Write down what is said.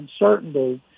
uncertainty